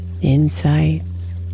insights